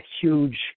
huge –